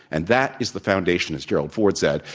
and that is the foundation, as gerald ford said,